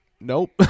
nope